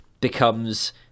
becomes